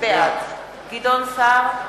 בעד גדעון סער,